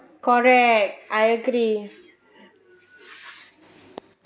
correct I agree